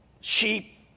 sheep